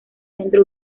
centro